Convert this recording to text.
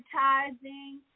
advertising